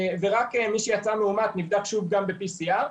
ורק מי שיצא מאומת נבדק שוב גם ב-PCR,